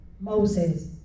Moses